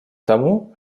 тому